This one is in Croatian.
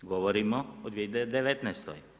Govorimo o 2019.